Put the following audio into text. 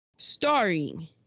Starring